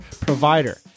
provider